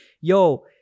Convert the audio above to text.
yo